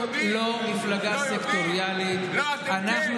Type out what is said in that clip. אנחנו לא מפלגה סקטוריאלית, אתם כן.